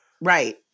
Right